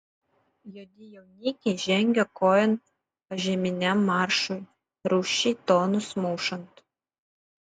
juodi jaunikiai žengia kojon požeminiam maršui rūsčiai tonus mušant